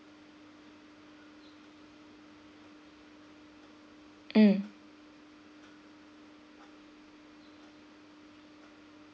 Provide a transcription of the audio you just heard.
mm